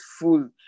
full